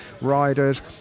riders